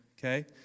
okay